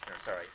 Sorry